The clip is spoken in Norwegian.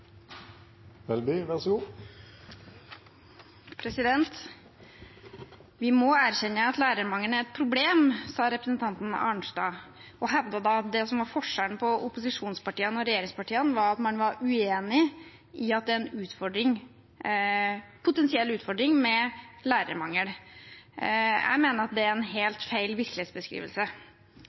enkelt elev, så elevene får en god skolehverdag. Vi må erkjenne at lærermangelen er et problem, sa representanten Arnstad, og hevdet at det som var forskjellen på opposisjonspartiene og regjeringspartiene, var at man var uenige om hvorvidt det er en potensiell utfordring med lærermangel. Jeg mener det er en helt feil